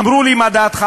אמרו לי: מה דעתך?